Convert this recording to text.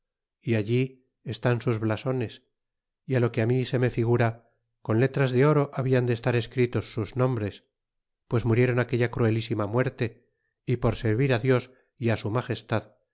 y allí están sus blasones y á lo que á nal se me figura con letras di oro turnan de estar escritos sus nombres pues muriéron aquella cruelísima muerte y por servir á dios y a su magestad